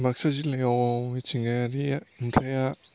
बाक्सा जिल्लायाव मिथिंगायारिआ नुथाइया